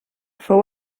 fou